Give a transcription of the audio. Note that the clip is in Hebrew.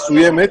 מסוימת,